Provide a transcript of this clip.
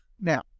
Now